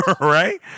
right